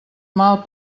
mal